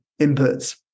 inputs